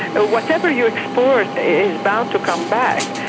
whatever you export is bound to come back.